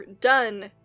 done